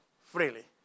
freely